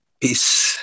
peace